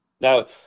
Now